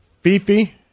Fifi